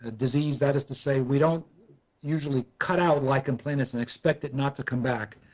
ah disease that is to say we don't usually cut out lichen planus and expect it not to come back.